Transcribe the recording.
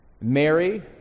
Mary